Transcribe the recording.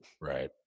right